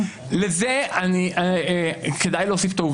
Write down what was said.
לזה כדאי להוסיף ולומר